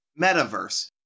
metaverse